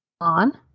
on